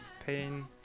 Spain